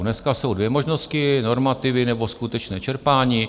Dneska jsou dvě možnosti normativy nebo skutečné čerpání.